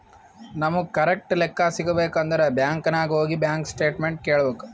ನಮುಗ್ ಕರೆಕ್ಟ್ ಲೆಕ್ಕಾ ಸಿಗಬೇಕ್ ಅಂದುರ್ ಬ್ಯಾಂಕ್ ನಾಗ್ ಹೋಗಿ ಬ್ಯಾಂಕ್ ಸ್ಟೇಟ್ಮೆಂಟ್ ಕೇಳ್ಬೇಕ್